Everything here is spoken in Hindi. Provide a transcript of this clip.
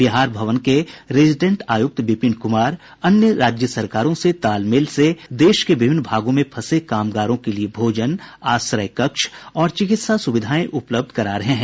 बिहार भवन के रेजिडेंट आयुक्त विपिन कुमार अन्य राज्य सरकारों के तालमेल से देश के विभिन्न भागों में फंसे कामगारों के लिए भोजन आश्रय कक्ष और चिकित्सा सुविधाएं उपलब्ध करा रहे हैं